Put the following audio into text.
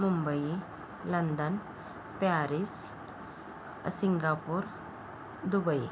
Mumbai London Paris Singapore Dubai